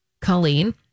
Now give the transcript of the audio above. Colleen